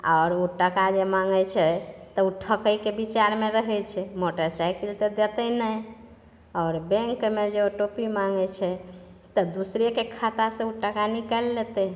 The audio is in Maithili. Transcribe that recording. आओर ओ टका जे माङ्गै छै तऽ ओ ठकैके बिचारमे रहै छै मोटरसाइकिल तऽ देतै नहि आओर बैंकमे जे ओ टी पी माङ्गै छै तऽ दोसरेके खाता सऽ ओ टाका निकालि लेतै